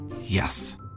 Yes